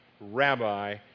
rabbi